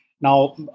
Now